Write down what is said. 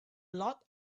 load